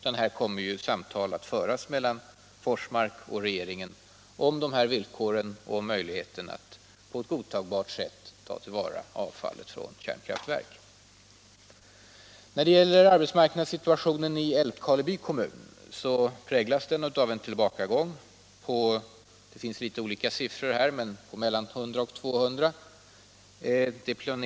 Samtal kommer nu att föras mellan Forsmark och regeringen om dessa villkor och om möjligheterna att på ett godtagbart sätt ta till vara avfallet från kärnkraftverket. Arbetsmarknadssituationen i Älvkarleby kommun präglas av en tillbakagång med — det finns här litet olika siffror — mellan 100 och 200 arbetstillfällen.